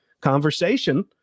conversation –